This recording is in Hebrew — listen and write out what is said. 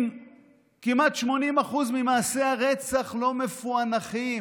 כמעט 80% ממעשי הרצח לא מפוענחים.